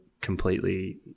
completely